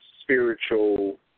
spiritual